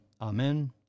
Amen